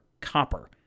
copper